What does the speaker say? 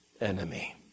enemy